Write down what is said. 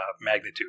magnitude